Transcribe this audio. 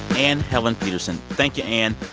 anne helen petersen thank you, anne.